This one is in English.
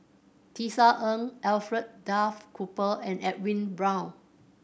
Tisa Ng Alfred Duff Cooper and Edwin Brown